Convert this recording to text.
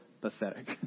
pathetic